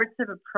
approach